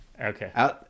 Okay